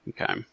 Okay